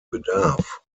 bedarf